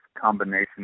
combination